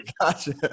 Gotcha